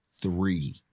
Three